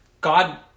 God